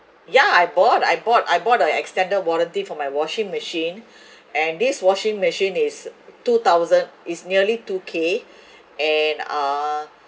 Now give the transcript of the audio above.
yeah I bought I bought I bought a extended warranty for my washing machine and this washing machine is two thousand it's nearly two K and uh